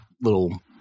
little